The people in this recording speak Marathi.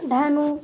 डहाणू